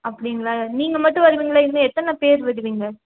அப்படிங்களா நீங்கள் மட்டும் வருவீங்களா இல்லை எத்தனை பேர் வருவீங்க